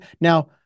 now